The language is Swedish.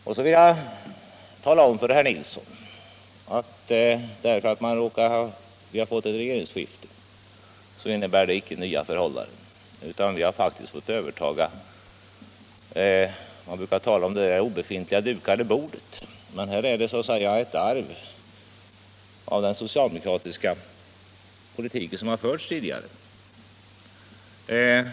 Sedan vill jag tala om för herr Nilsson att det faktum att vi har fått ett regeringsskifte innebär icke nya förhållanden — vi har faktiskt fått överta det där påstått dukade bordet som man brukar tala om, dvs. ett arv efter den socialdemokratiska politik som förts tidigare.